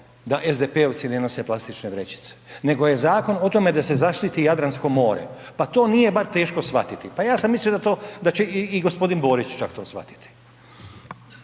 da SDP-ovci ne nose plastične vrećice, nego je zakon o tome da se zaštiti Jadransko more, pa to nije bar teško shvatiti, pa ja sam mislio da će i g. Borić čak to shvatiti.